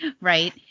Right